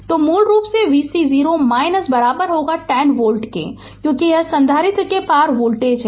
तो मूल रूप से vc 0 10 वोल्ट होगा क्योंकि यह संधारित्र के पार वोल्टेज है